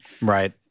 Right